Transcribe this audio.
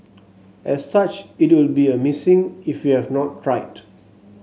as such it will be a missing if you have not cried